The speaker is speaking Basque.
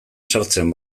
sartzen